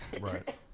Right